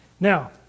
Now